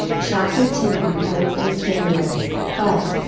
chapter ten on codes and standards but,